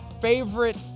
favorite